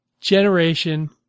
generation